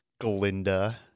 Glinda